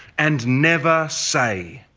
and never say.